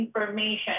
information